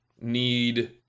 need